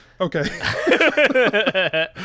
Okay